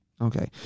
Okay